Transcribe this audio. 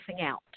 out